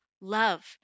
Love